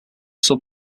sub